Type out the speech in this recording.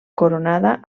coronada